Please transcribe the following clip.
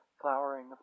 flowering